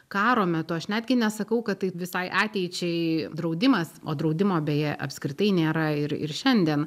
karo metu aš netgi nesakau kad tai visai ateičiai draudimas o draudimo beje apskritai nėra ir ir šiandien